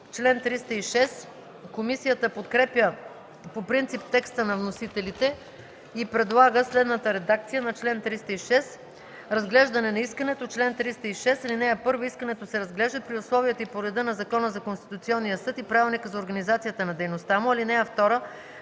Комисията подкрепя по принцип текста на вносителите и предлага следната редакция на чл. 306: „Разглеждане на искането Чл. 306. (1) Искането се разглежда при условията и по реда на Закона за Конституционен съд и правилника за организацията на дейността му. (2)